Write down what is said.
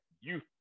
youth